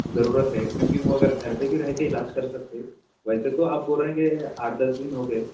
ضرورت ہے کیونکہ وہ اگر گھر پہ بھی رہ کے علاج کر سکتے ویسے تو آپ بول رہے ہیں کہ آٹھ دس دن ہوگئے